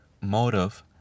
Motive